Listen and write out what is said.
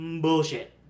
bullshit